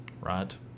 right